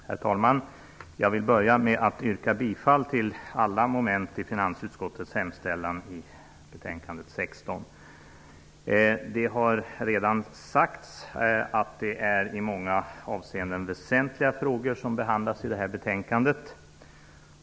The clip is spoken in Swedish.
Herr talman! Jag vill börja med att yrka bifall till alla moment i finansutskottets hemställan i betänkande FiU16. Det har redan sagts att det i många avseenden är väsentliga frågor som behandlas i detta betänkande.